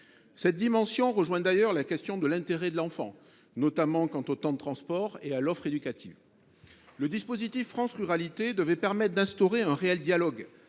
Cette dimension rejoint d’ailleurs la question de l’intérêt de l’enfant, notamment quant au temps de transport et à l’offre éducative. Le dispositif France Ruralités devait permettre d’instaurer un réel dialogue